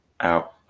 out